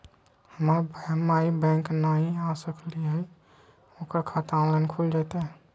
हमर माई बैंक नई आ सकली हई, ओकर खाता ऑनलाइन खुल जयतई?